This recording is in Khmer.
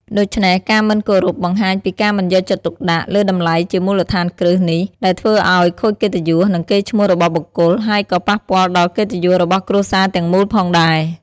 ដូច្នេះ ការមិនគោរពបង្ហាញពីការមិនយកចិត្តទុកដាក់លើតម្លៃជាមូលដ្ឋានគ្រឹះនេះ ដែលធ្វើឲ្យខូចកិត្តិយស និងកេរ្តិ៍ឈ្មោះរបស់បុគ្គល ហើយក៏ប៉ះពាល់ដល់កិត្តិយសរបស់គ្រួសារទាំងមូលផងដែរ។